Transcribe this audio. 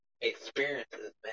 experiences